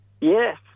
Yes